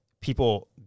people